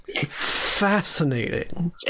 fascinating